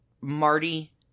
Marty